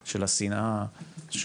השנאה,